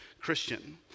Christian